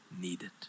needed